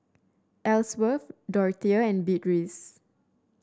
Ellsworth Dorthea and Beatrice